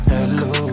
Hello